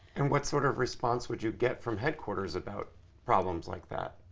and what sort of response would you get from headquarters about problems like that?